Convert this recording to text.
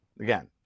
again